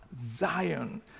Zion